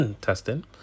testing